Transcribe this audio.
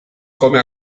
come